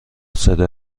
صدا